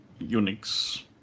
Unix